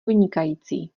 vynikající